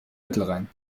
mittelrhein